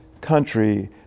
country